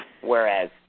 whereas